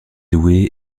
doué